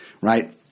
right